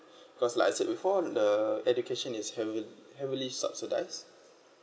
cause like I said before the education is having heavi~ heavily subsidized